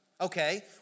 Okay